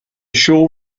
show